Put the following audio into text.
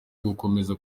ugukomeza